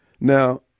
Now